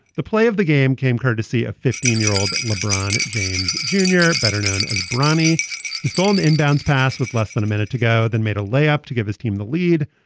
the play of the game came courtesy of fifteen year old lebron james junior better known as bronnie mr. on the inbounds pass with less than a minute to go, then made a layup to give his team the lead,